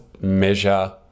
measure